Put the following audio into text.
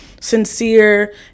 sincere